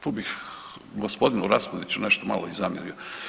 Tu bih gospodinu Raspudiću nešto malo i zamjerio.